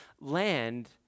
land